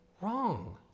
wrong